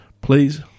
please